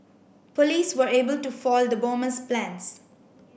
police were able to foil the bomber's plans